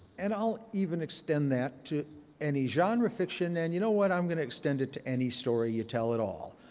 and i'll even extend that to any genre fiction, and you know what, i'm going to extend it to any story you tell at all,